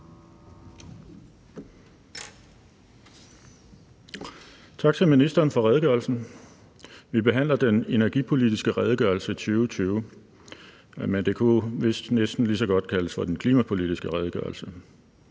Tak til ministeren for redegørelsen. Vi behandler den energipolitiske redegørelse 2020, men det kunne vist næsten lige så godt kaldes for den klimapolitiske redegørelse.